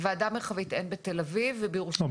ועדה מרחבית אין בתל אביב --- לא,